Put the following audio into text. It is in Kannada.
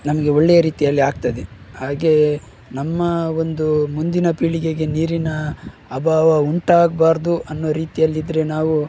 ನಮಗೆ ಒಳ್ಳೆಯ ರೀತಿಯಲ್ಲಿ ಆಗ್ತದೆ ಹಾಗೆ ನಮ್ಮ ಒಂದು ಮುಂದಿನ ಪೀಳಿಗೆಗೆ ನೀರಿನ ಅಭಾವ ಉಂಟಾಗಬಾರ್ದು ಅನ್ನೋ ರೀತಿಯಲ್ಲಿದ್ದರೆ ನಾವು